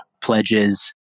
pledges